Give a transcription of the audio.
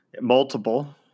Multiple